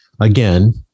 again